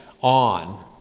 on